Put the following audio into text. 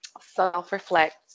self-reflect